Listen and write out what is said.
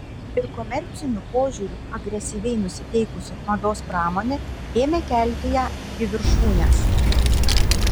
ir komerciniu požiūriu agresyviai nusiteikusi mados pramonė ėmė kelti ją į viršūnes